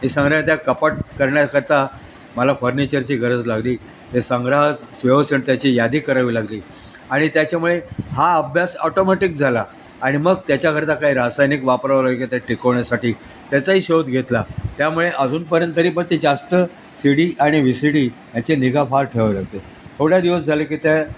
हे संग्राह त्या कपाट करण्याकरता मला फर्निचरची गरज लागली ते संग्रहास व्यवस्थित आणि त्याची यादी करावी लागली आणि त्याच्यामुळे हा अभ्यास ऑटोमॅटिक झाला आणि मग त्याच्याकरता काही रासायनिक वापरावं काय त्या टिकवण्यासाठी त्याचाही शोध घेतला त्यामुळे अजूनपर्यंतरी पण ते जास्त सि डी आणि वि सि डी ह्याचे निगा फार ठेवावी लागते एवढ्या दिवस झाले की त्या